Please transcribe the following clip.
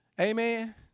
Amen